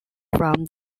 from